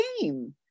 game